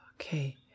Okay